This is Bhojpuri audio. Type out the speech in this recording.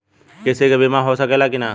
कृषि के बिमा हो सकला की ना?